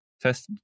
test